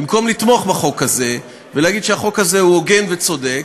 במקום לתמוך בחוק הזה ולהגיד שהחוק הזה הוא הוגן וצודק,